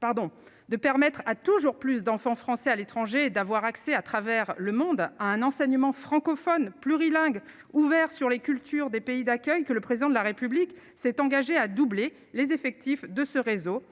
pardon, de permettre à toujours plus d'enfants français à l'étranger d'avoir accès à travers le monde à un enseignement francophone plurilingue ouvert sur les cultures des pays d'accueil, que le président de la République s'est engagé à doubler les effectifs de ce réseau